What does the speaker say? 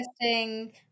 interesting